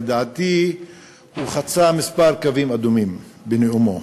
לדעתי הוא חצה כמה קווים אדומים בנאומו.